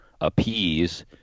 appease